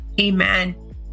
Amen